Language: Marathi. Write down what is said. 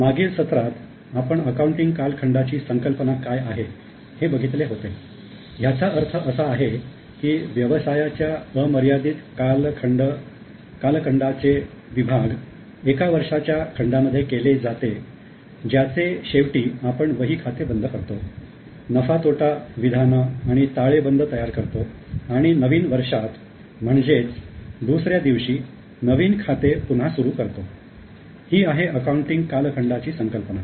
मागील सत्रात आपण अकाउंटिंग कालखंडाची संकल्पना काय आहे हे बघितले होते ह्याचा अर्थ असा आहे की व्यवसायाच्या अमर्यादित कालखंड विभाग एका वर्षाच्या खंडांमध्ये केले जाते ज्याचे शेवटी आपण वही खाते बंद करतो नफा तोटा विधान आणि ताळेबंद तयार करतो आणि नवीन वर्षात म्हणजेच दुसऱ्याच दिवशी नवीन खाते पुन्हा सुरू करतो ही आहे अकाउंटिंग कालखंडाची संकल्पना